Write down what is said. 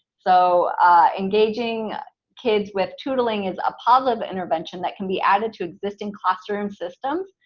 so engaging kids with tootling is a positive intervention that can be added to existing classroom systems,